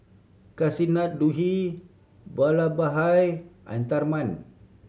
Kasinadhuni Vallabhbhai and Tharman